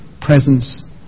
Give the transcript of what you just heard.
presence